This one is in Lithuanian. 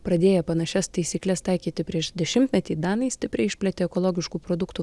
pradėję panašias taisykles taikyti prieš dešimtmetį danai stipriai išplėtė ekologiškų produktų